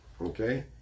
okay